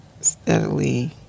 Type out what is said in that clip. steadily